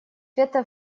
света